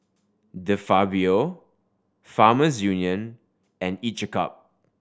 De Fabio Farmers Union and Each a Cup